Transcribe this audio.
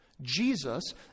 Jesus